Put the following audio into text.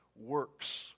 works